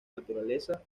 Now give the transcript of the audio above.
naturaleza